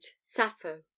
Sappho